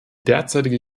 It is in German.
derzeitige